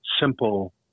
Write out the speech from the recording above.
simple